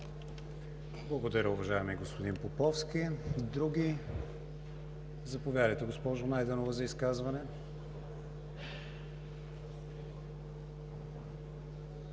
Благодаря, уважаеми господин Поповски. Други? Заповядайте, госпожо Найденова, за изказване.